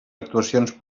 actuacions